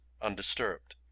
undisturbed